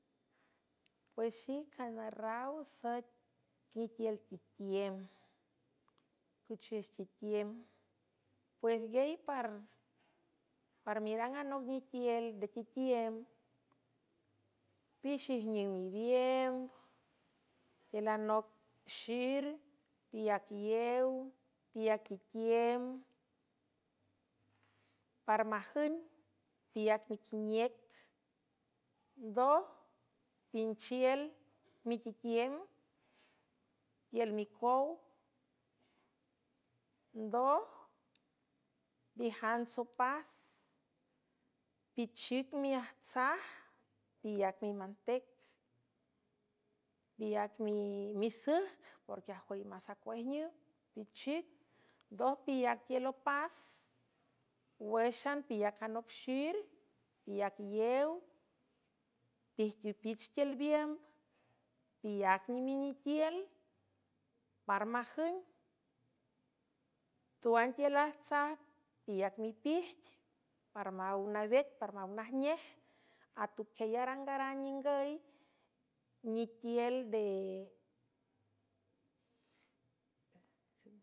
Pues xijanarraw sae nitiül titiem cuchwix titiem pues guey parmerang anoc nitiel de tetiem pixijniüw mibiemb tiül anoc xir piacyew piac itiem parmajün piac miquiniec ndoj pinchiel mititiem tiül micow ndoj bijants opas pichic miajtsaj pilac mimantec piac misüjc porqueajüy masacuejnüw pichic ndoj piyac tiel opas wéxan piyac anoc xir piac lew pijtipich tiül biemb pilac niminitiel parmajün tuan tiül ajtsaj piac mipijt parmaw navet parmaw najnej atuquiely arangaran ningüy nitiel nde.